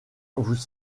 vous